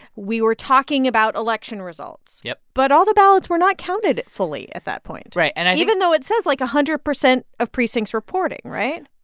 we were talking about election results yep but all the ballots were not counted fully at that point. right. and i. even though it says, like, one hundred percent of precincts reporting, right?